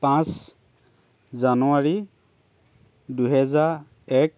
পাঁচ জানুৱাৰী দুহেজাৰ এক